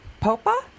Popa